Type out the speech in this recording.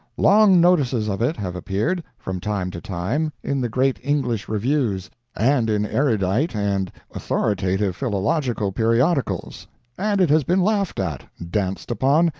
long notices of it have appeared, from time to time, in the great english reviews, and in erudite and authoritative philological periodicals and it has been laughed at, danced upon,